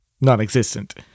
non-existent